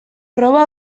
proba